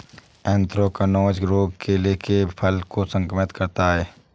anthracnose रोग केले के फल को संक्रमित करता है